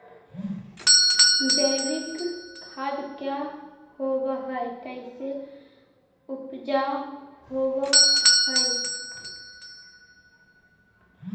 जैविक खाद क्या होब हाय कैसे उपज हो ब्हाय?